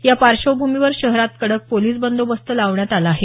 या पार्श्वभूमीवर शहरात कडक पोलिस बंदोबस्त लावण्यात आला आहे